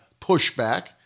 pushback